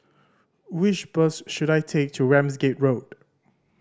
which bus should I take to Ramsgate Road